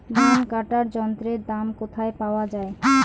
ধান কাটার যন্ত্রের দাম কোথায় পাওয়া যায়?